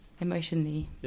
emotionally